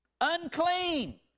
unclean